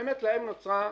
להם נוצרה תחרות.